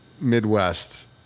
Midwest